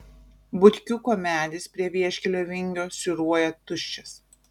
butkiuko medis prie vieškelio vingio siūruoja tuščias